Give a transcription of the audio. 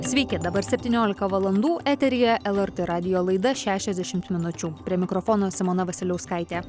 sveiki dabar septyniolika valandų eteryje lrt radijo laida šešiasdešimt minučių prie mikrofono simona vasiliauskaitė